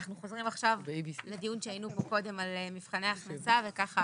אנחנו חוזרים לדיון שהיינו בו קודם על מבחני הכנסה וככה